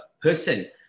person